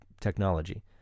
technology